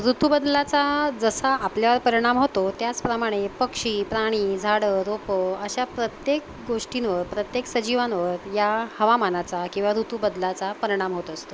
ऋतूबदलाचा जसा आपल्याव परिणाम होतो त्याचप्रमाणे पक्षी प्राणी झाडं रोपं अशा प्रत्येक गोष्टींवर प्रत्येक सजीवांवर या हवामानाचा किंवा ऋतूबदलाचा परिणाम होत असतो